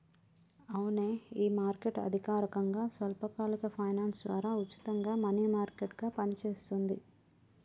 అవునే ఈ మార్కెట్ అధికారకంగా స్వల్పకాలిక ఫైనాన్స్ ద్వారా ఉచితంగా మనీ మార్కెట్ గా పనిచేస్తుంది